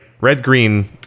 Red-green